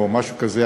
או משהו כזה,